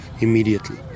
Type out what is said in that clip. immediately